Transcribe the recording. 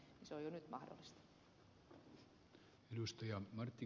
se on jo nyt mahdollista